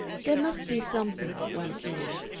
there must be something, one feels,